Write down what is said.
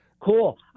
Cool